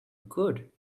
could